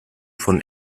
von